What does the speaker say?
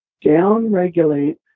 down-regulate